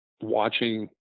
watching